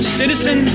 citizen